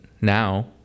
now